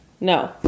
No